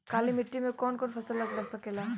काली मिट्टी मे कौन कौन फसल लाग सकेला?